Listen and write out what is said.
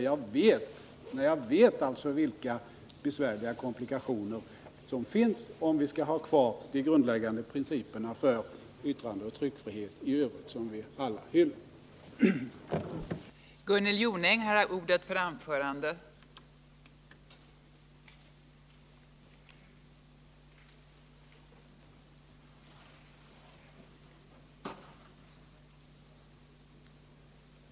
Jag vet vilka besvärliga komplikationer som finns om vi samtidigt skall slå vakt om de grundläggande principerna för yttrandeoch tryckfrihet, vilket vi väl alla är angelägna om att göra.